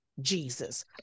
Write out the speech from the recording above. Jesus